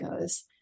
goes